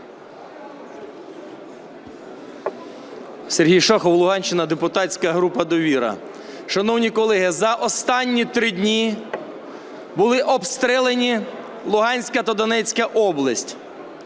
Сергій Шахов, Луганщина, депутатська група "Довіра". Шановні колеги, за останні три дні були обстріляні Луганська та Донецька області.